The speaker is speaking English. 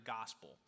gospel